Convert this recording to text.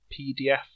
PDF